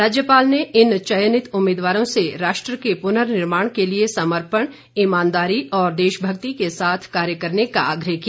राज्यपाल ने इन चयनित उम्मीदवारों से राष्ट्र के पुनर्निर्माण के लिए समर्पण ईमानदारी और देशभक्ति के साथ कार्य करने का आग्रह किया